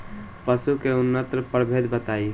पशु के उन्नत प्रभेद बताई?